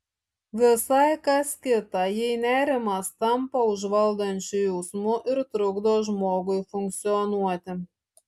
visai kas kita jei nerimas tampa užvaldančiu jausmu ir trukdo žmogui funkcionuoti